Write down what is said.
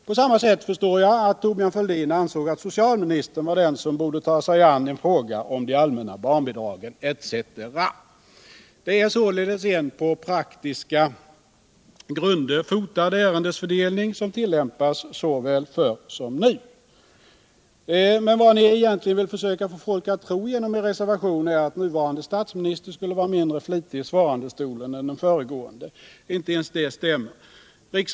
På samma sätt förstår jag att Thorbjörn Fälldin ansåg att socialministern var den som borde ta sig an en fråga om de allmänna barnbidragen etc. Det är således en på praktiska grunder fotad ärendefördelning som tillämpats såväl förr som nu. Vad ni egentligen vill försöka få folk att tro genom er reservation är att den nuvarande statsministern skulle vara mindre flitig i svarandestolen än den föregående. Inte ens det stämmer.